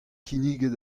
kinniget